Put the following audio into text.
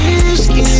whiskey